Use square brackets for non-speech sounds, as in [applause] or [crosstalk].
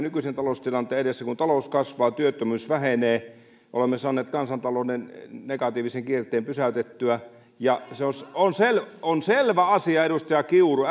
[unintelligible] nykyisen taloustilanteen edessä talous kasvaa työttömyys vähenee olemme saaneet kansantalouden negatiivisen kierteen pysäytettyä ja on selvä asia edustaja kiuru